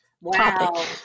Wow